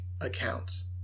accounts